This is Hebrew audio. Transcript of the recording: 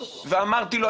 ואמרתי לו,